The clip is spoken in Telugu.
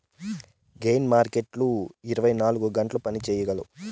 గెయిన్ మార్కెట్లు ఇరవై నాలుగు గంటలు పని చేయగలవు